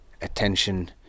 attention